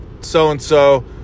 so-and-so